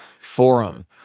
Forum